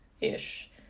ish